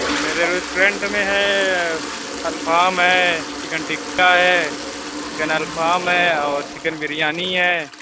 میرے ریسٹورینٹ میں ہے الفام ہے چکن ٹکا ہے چکن الفام ہے اور چکن بریانی ہے